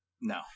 No